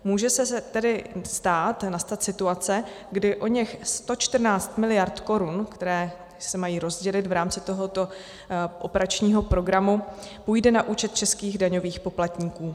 Může se tedy stát, nastat situace, kdy oněch 114 miliard korun, které se mají rozdělit v rámci tohoto operačního programu, půjde na účet českých daňových poplatníků.